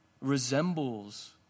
resembles